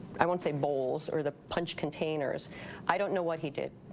i won't say bowls or the punch containers i don't know what he did,